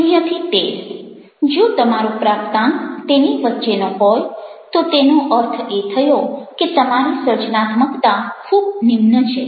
0 13 જો તમારો પ્રાપ્તાંક તેની વચ્ચેનો હોય તો તેનો અર્થ એ થયો કે તમારી સર્જનાત્મકતા ખૂબ નિમ્ન છે